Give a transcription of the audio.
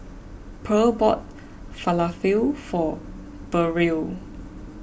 Purl bought Falafel for Burrell